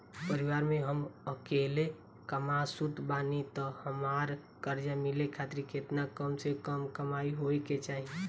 परिवार में हम अकेले कमासुत बानी त हमरा कर्जा मिले खातिर केतना कम से कम कमाई होए के चाही?